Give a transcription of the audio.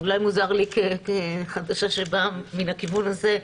אולי מוזר לי כחדשה שבאה מן הכיוון הזה.